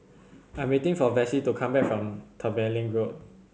I am waiting for Vassie to come back from Tembeling Road